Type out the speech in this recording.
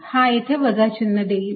हा येथे वजा चिन्ह देईल